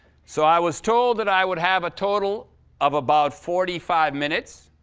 so i was told that i would have a total of about forty five minutes.